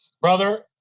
Brother